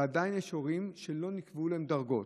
ועדיין יש הורים שלא נקבעו להם דרגות.